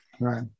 Right